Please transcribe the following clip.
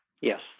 Yes